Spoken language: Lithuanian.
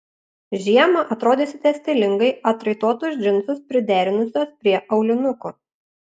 žiemą atrodysite stilingai atraitotus džinsus priderinusios prie aulinukų